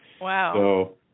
Wow